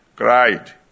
cried